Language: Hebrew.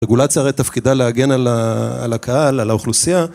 רגולציה הרי תפקידה להגן על הקהל, על האוכלוסייה